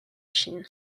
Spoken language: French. chine